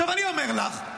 אני אומר לך,